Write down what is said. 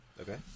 Okay